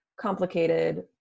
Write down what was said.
complicated